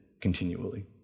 continually